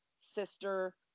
sister